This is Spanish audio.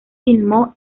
filmó